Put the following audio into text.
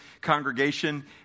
congregation